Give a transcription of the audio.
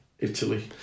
Italy